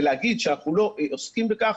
להגיד שאנחנו לא עוסקים בכך,